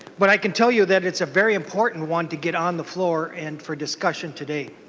but i can tell you that it's a very important one to get on the floor and for discussion today.